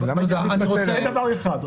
זה דבר אחד.